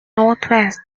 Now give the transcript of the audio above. northwest